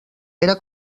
era